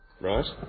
right